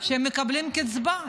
שהם מקבלים קצבה.